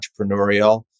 entrepreneurial